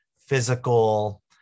physical